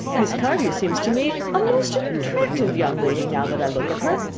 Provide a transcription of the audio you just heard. miss cardew seems to me a most attractive young lady, now that i look at her.